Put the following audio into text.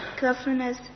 governors